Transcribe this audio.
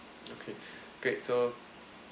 okay great so